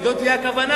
וזאת תהיה הכוונה.